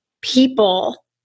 people